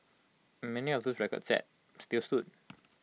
and many of those records set still stood